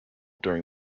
during